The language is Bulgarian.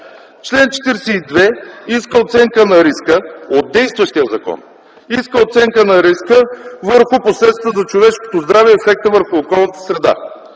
Член 42 от действащия закон иска оценка на риска върху последствията за човешкото здраве и ефекта върху околната среда.